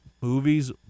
movies